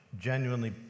genuinely